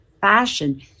fashion